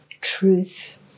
truth